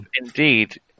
indeed